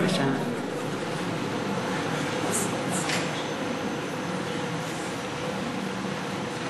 ההצעה לכלול את הנושא בסדר-היום של